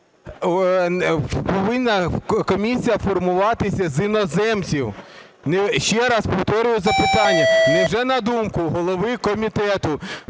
повинна комісія формуватися з іноземців. Ще раз повторюю запитання. Невже, на думку голови комітету,